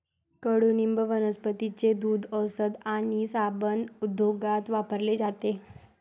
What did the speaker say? कडुनिंब वनस्पतींचे दूध, औषध आणि साबण उद्योगात वापरले जाते